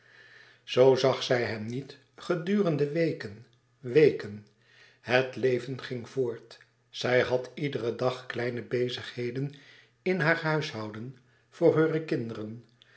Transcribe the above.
zoo zag zij hem niet gedurende weken weken het leven ging voort zij had iederen dag kleine bezigheden in haar huishouden voor heure kinderen